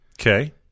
Okay